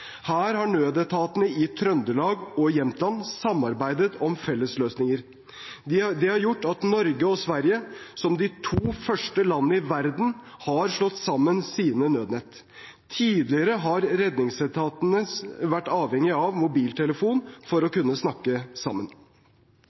Her har nødetatene i Trøndelag og Jämtland samarbeidet om fellesløsninger. Det har gjort at Norge og Sverige som de to første landene i verden har slått sammen sine nødnett. Tidligere har redningsetatene vært avhengig av mobiltelefon for å kunne snakke sammen.